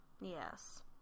yes